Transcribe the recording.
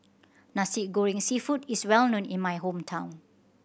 Nasi Goreng Seafood is well known in my hometown